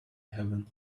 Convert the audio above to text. heaven